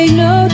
no